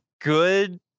good